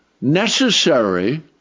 necessary